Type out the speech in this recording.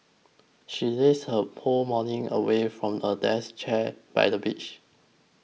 she lazed her whole morning away from a deck chair by the beach